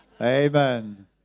Amen